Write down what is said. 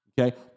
Okay